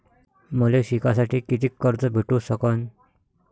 मले शिकासाठी कितीक कर्ज भेटू सकन?